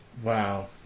Wow